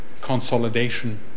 consolidation